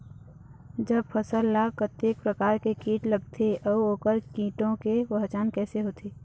जब फसल ला कतेक प्रकार के कीट लगथे अऊ ओकर कीटों के पहचान कैसे होथे?